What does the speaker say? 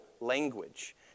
language